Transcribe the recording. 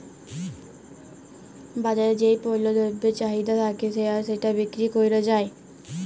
বাজারে যেই পল্য দ্রব্যের চাহিদা থাক্যে আর সেটা বিক্রি ক্যরা হ্যয়